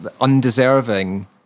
undeserving